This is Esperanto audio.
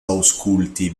aŭskulti